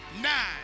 nine